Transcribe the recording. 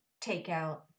takeout